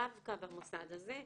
דווקא במוסד הזה,